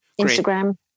Instagram